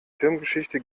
firmengeschichte